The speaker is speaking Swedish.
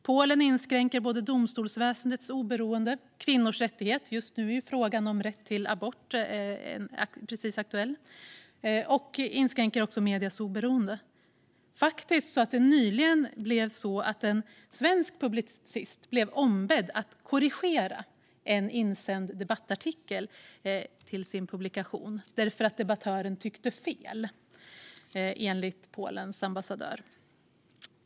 Polen inskränker både domstolsväsendets oberoende och kvinnors rättigheter. Just nu är frågan om rätt till abort aktuell. Man inskränker också mediers oberoende. Det sker faktiskt i en sådan omfattning att en svensk publicist nyligen blev ombedd att "korrigera" en insänd debattartikel i sin publikation. Enligt Polens ambassadör tyckte debattören fel.